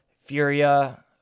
Furia